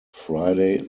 friday